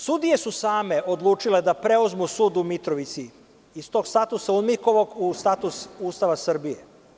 Sudije su same odlučile da preuzmu sud u Mitrovici iz tog statusa UNMIK u status Ustava Srbije.